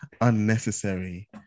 unnecessary